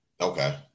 Okay